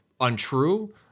untrue